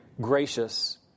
gracious